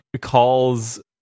calls